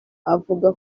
avuga